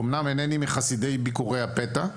אמנם אינני מחסידי ביקורי הפתע,